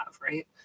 right